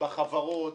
בחברות,